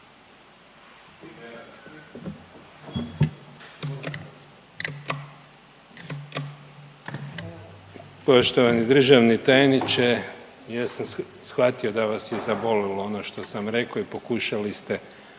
Poštovani državni tajniče, ja sam shvatio da vas je zabolilo ono što sam rekao i pokušali ste,